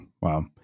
Wow